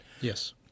Yes